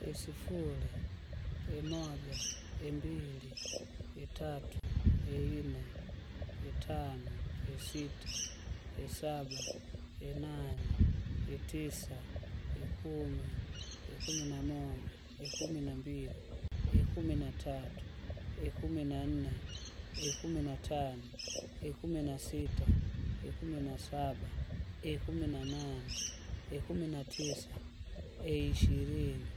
Isifuri, imoja, imbili, itatu, iine, itano, isita, isaba, inane, itisa, ikumi, ikumii namoja, ikumi nambili, ikumi natatu, ikumi nanne, ikumi na tano, ikumi nasita, ikumi nasaba, ikumi nanane, ikumi natisa, eishirini,